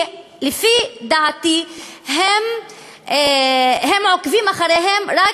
כי לפי דעתי הם עוקבים אחריהם רק